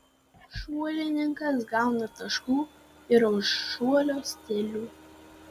šuolininkas gauna taškų ir už šuolio stilių